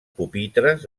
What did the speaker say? pupitres